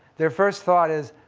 their first thought is,